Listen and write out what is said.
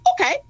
Okay